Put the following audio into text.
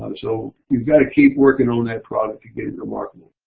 um so you've got to keep working on that product to get it remarkable.